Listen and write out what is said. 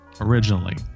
originally